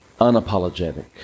unapologetic